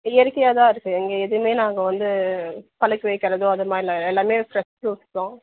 இயற்கையாகதான் இருக்குது இங்கே எதுவுமே நாங்கள் வந்து பழுக்க வைக்கிறதோ அது மாதிரிலாம் இல்லை எல்லாமே ஃபிரெஷ் ஃபுரூட்ஸ்தான்